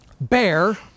bear